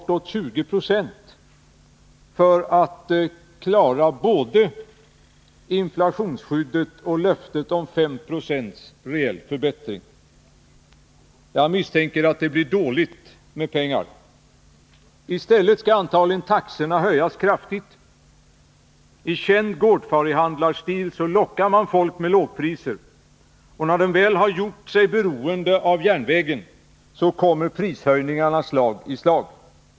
Det är ju vad som krävs för att klara både inflationsskyddet och löftet om 5 96 reell förbättring. Jag misstänker att det blir dåligt med pengar. I stället skall antagligen taxorna höjas kraftigt. I känd gårdfarihandlarstil lockar man folk med lågpriser, och när de väl gjort sig beroende av järnvägen kommer prishöjningarna slag i slag.